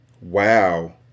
Wow